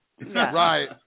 Right